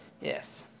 Yes